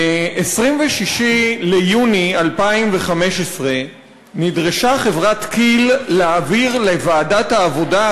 ב-26 ביוני 2015 נדרשה כי"ל להעביר לוועדת העבודה,